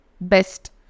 best